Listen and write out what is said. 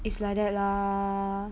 it's like that lah